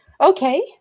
Okay